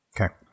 Okay